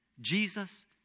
Jesus